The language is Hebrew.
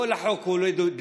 כל החוק הוא לא דמוקרטי,